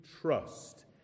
trust